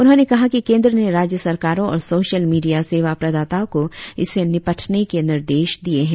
उन्होंने कहा कि केंद्र ने राज्य सरकारों और सोशल मीडिया सेवा प्रदाता को इससे निपटने के निर्देश दिए हैं